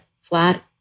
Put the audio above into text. flat